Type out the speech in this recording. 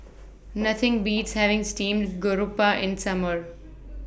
Nothing Beats having Steamed Garoupa in The Summer